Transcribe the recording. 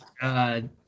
God